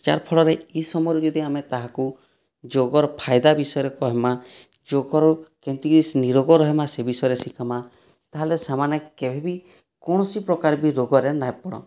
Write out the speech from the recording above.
ଯାର ଫଳରେ ଇ ସମୟରେ ଯଦି ଆମେ ତାହାକୁ ଯୋଗର ଫାଇଦା ବିଷୟରେ କହିମା ଯୋଗର କେନ୍ତିକିରି ନିରୋଗ ରହିମା ସେ ବିଷୟରେ ଶିଖମା ତାହେଲେ ସେମାନେ କେବେବି କୌଣସି ପ୍ରକାର ରୋଗରେ ନାଇଁ ପଡ଼ଁ